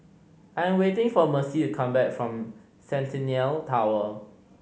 I am waiting for Mercy to come back from Centennial Tower